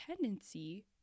tendency